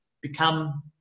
become